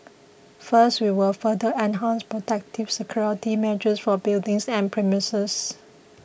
first we will further enhance protective security measures for buildings and premises